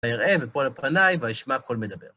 ואראה ואפול על פניי ואשמע קול מדבר.